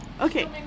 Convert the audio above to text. Okay